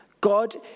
God